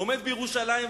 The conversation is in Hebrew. עומד בירושלים.